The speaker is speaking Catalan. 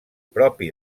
propi